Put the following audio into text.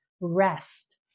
rest